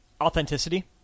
Authenticity